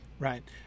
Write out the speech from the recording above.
Right